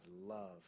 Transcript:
love